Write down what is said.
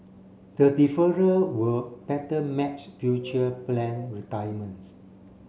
the deferral will better match future planned retirements